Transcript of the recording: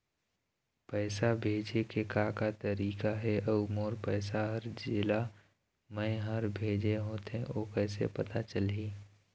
पैसा भेजे के का का तरीका हे अऊ मोर पैसा हर जेला मैं हर भेजे होथे ओ कैसे पता चलही?